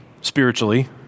spiritually